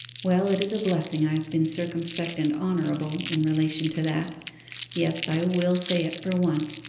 well, it is a blessing i have been circumspect and honourable, in relation to that yes, i will say it, for once,